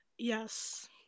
Yes